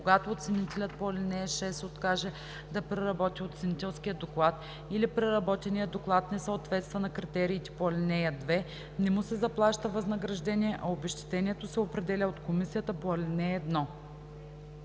Когато оценителят по ал. 6 откаже да преработи оценителския доклад или преработеният доклад не съответства на критериите по ал. 2, не му се заплаща възнаграждение, а обезщетението се определя от комисията по ал. 1.“